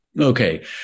okay